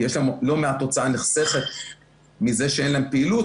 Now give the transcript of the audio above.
יש שם לא מעט הוצאה שנחסכת מזה שאין להם פעילות,